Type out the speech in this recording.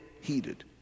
heated